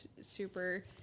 super